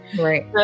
right